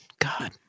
God